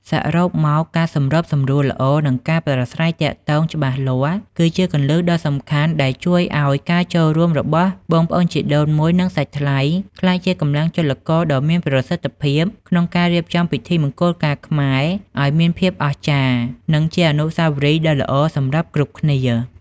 សរុបមក ការសម្របសម្រួលល្អ និងការប្រាស្រ័យទាក់ទងច្បាស់លាស់ គឺជាគន្លឹះដ៏សំខាន់ដែលជួយឱ្យការចូលរួមរបស់បងប្អូនជីដូនមួយ និងសាច់ថ្លៃ ក្លាយជាកម្លាំងចលករដ៏មានប្រសិទ្ធភាពក្នុងការរៀបចំពិធីមង្គលការខ្មែរឱ្យមានភាពអស្ចារ្យ និងជាអនុស្សាវរីយ៍ដ៏ល្អសម្រាប់គ្រប់គ្នា។